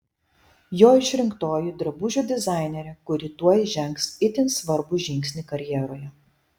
jo išrinktoji drabužių dizainerė kuri tuoj žengs itin svarbų žingsnį karjeroje